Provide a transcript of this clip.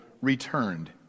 returned